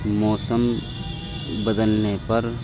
موسم بدلنے پر